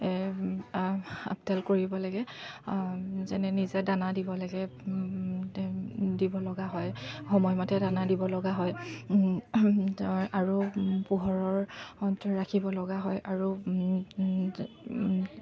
আপডাল কৰিব লাগে যেনে নিজে দানা দিব লাগে দিব লগা হয় সময়মতে দানা দিব লগা হয় আৰু পোহৰত ৰাখিব লগা হয় আৰু